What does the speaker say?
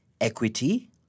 equity